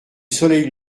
soleil